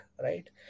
right